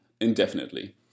indefinitely